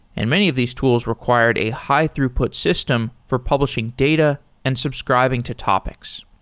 and many of these tools required a high-throughput system for publishing data and subscribing to topics.